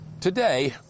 Today